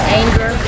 anger